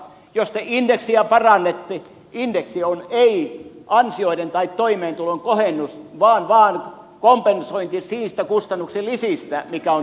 jos te indeksiä parannatte indeksi ei ole ansioiden tai toimeentulon kohennus vaan vain kompensointi niistä kustannusten lisistä mitä on tapahtunut